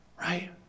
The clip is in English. Right